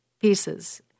pieces